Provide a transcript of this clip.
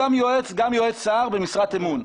גם יועץ שר במשרת אמון.